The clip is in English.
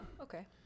okay